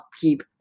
keep